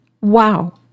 Wow